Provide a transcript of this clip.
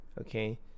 Okay